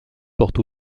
porte